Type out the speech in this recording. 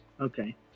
Okay